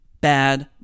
Bad